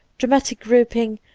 dramatic grouping,